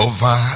Over